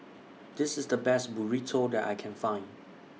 This IS The Best Burrito that I Can Find